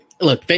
Look